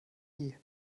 nie